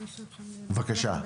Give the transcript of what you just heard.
בבקשה,